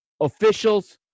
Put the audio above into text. officials